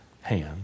hand